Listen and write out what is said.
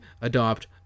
adopt